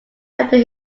under